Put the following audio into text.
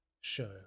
show